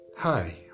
hi